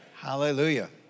Hallelujah